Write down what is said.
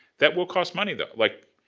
that will cost money though. like,